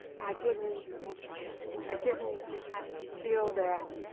i didn't i didn't feel that